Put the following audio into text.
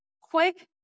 quick